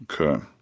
okay